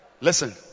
listen